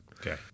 Okay